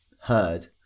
heard